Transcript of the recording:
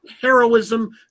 heroism